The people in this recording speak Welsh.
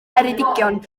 ngheredigion